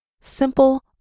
Simple